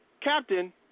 Captain